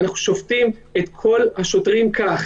אנחנו שופטים את כל השוטרים כך.